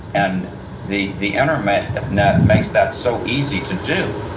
and the the internet internet makes that so easy to do,